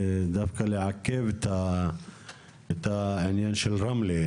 דווקא לעכב את העניין של רמלה,